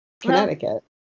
Connecticut